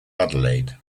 adelaide